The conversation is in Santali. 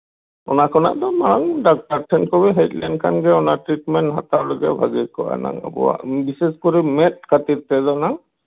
ᱚᱱᱟᱠᱷᱚᱱᱟᱜ ᱫᱚ ᱢᱟᱬᱟᱝ ᱰᱟᱠᱛᱟᱨ ᱴᱷᱮᱱ ᱜᱮ ᱦᱮᱡ ᱞᱮᱱᱠᱷᱟᱱ ᱜᱮ ᱚᱱᱟ ᱴᱨᱤᱴᱢᱮᱱ ᱦᱟᱛᱟᱣ ᱞᱟᱹᱜᱤᱫ ᱵᱷᱟᱹᱜᱤ ᱠᱚᱜᱼᱟ ᱱᱟᱝ ᱟᱵᱚᱣᱟᱜ ᱵᱤᱥᱮᱥ ᱠᱚᱨᱮ ᱢᱮᱸᱫ ᱠᱷᱟᱹᱛᱤᱨ ᱛᱮᱫᱚ ᱱᱟᱝ